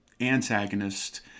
antagonist